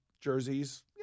jerseys